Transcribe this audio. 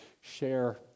share